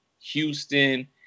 Houston